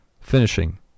Finishing